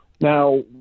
Now